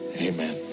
Amen